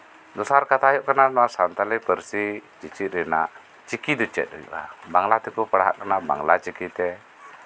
ᱫᱚᱥᱟᱨ ᱠᱟᱛᱷᱟ ᱦᱩᱭᱩᱜ ᱠᱟᱱᱟ ᱱᱚᱣᱟ ᱥᱟᱱᱛᱟᱞᱤ ᱯᱟᱹᱨᱥᱤ ᱪᱮᱪᱮᱫ ᱨᱮᱱᱟᱜ ᱪᱤᱠᱤ ᱫᱚ ᱪᱮᱫ ᱦᱩᱭᱩᱜᱼᱟ ᱵᱟᱝᱞᱟ ᱛᱮᱠᱚ ᱯᱟᱲᱦᱟᱜ ᱠᱟᱱᱟ ᱵᱟᱝᱞᱟ ᱪᱤᱠᱤᱛᱮ